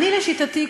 לשיטתי,